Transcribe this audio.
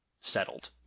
settled